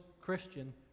Christian